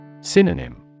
Synonym